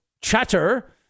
chatter